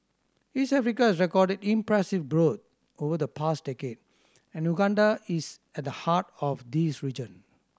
East Africa has recorded impressive growth over the past decade and Uganda is at the heart of this region